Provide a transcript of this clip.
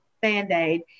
band-aid